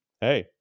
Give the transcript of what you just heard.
hey